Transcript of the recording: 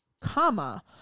Comma